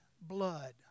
blood